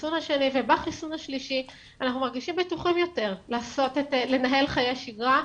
בחיסון השני ובחיסון השלישי אנחנו מרגישים בטוחים יותר לנהל חיי שגרה.